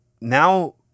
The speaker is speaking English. now